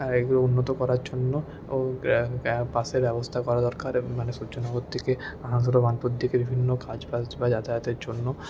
এগুলো উন্নত করার জন্য ও বাসের ব্যবস্থা করা দরকার মানে সূর্যনগর থেকে বার্নপুর থেকে বিভিন্ন কাজ ফাজ বা যাতায়াতের জন্য